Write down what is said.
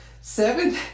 Seven